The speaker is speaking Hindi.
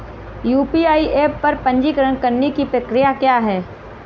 यू.पी.आई ऐप पर पंजीकरण करने की प्रक्रिया क्या है?